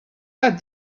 but